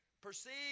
Perceive